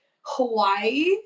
Hawaii